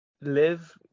live